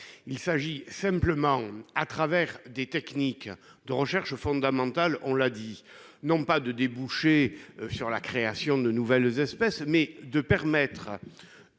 vise simplement, au travers de techniques de recherche fondamentale, non pas à déboucher sur la création de nouvelles espèces, mais à permettre